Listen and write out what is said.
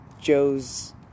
Joe's